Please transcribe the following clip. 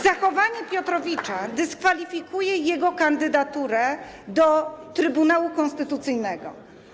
Zachowanie Piotrowicza dyskwalifikuje jego kandydaturę do Trybunału Konstytucyjnego.